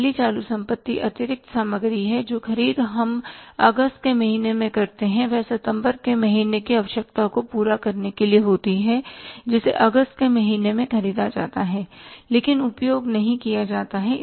पहली चालू संपत्ति अतिरिक्त सामग्री है जो ख़रीद हम अगस्त के महीने में करते हैं वह सितंबर के महीने की आवश्यकता को पूरा करने के लिए होती है जिसे अगस्त के महीने में खरीदी जाता है लेकिन उपयोग नहीं किया जाता है